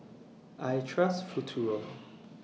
I Trust Futuro